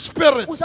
Spirit